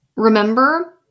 Remember